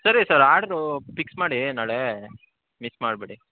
ಸರಿ ಸರ್ ಆಡ್ರು ಫಿಕ್ಸ್ ಮಾಡಿ ನಾಳೆ ಮಿಸ್ ಮಾಡಬೇಡಿ